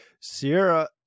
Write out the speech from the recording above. Sierra